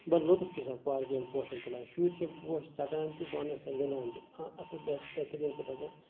بَڑٕ لُطُف چھِ أسۍ اتھ پارکہِ یِمن ہِندین پوشن تُلان شُرۍ چھِ پوش ژَٹان تہِ پانٕے آسان گِندان تہِ آ اَصٕل پٲٹھۍ بہتریٖن پٲٹھۍ آسان